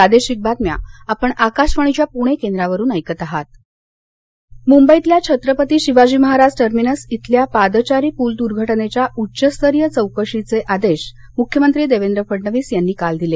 पादचारी पूल मुंबईतल्या छत्रपती शिवाजी महाराज टर्मिनस इथल्या पादचारी पूल दुर्घटनेच्या उच्चस्तरीय चौकशीचे आदेश मुख्यमंत्री देवेंद्र फडणवीस यांनी काल दिले